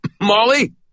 Molly